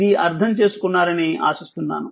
ఇది అర్థం చేసుకున్నారని ఆశిస్తున్నాను